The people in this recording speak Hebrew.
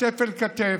כתף אל כתף,